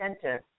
Center